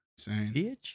Bitch